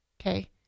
Okay